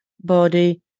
body